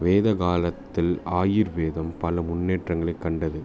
வேதகாலத்தில் ஆயுர்வேதம் பல முன்னேற்றங்களைக் கண்டது